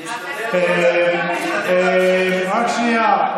אני אשתדל, רק שנייה,